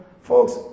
Folks